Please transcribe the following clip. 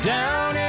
Down